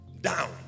down